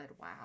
Wow